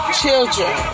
children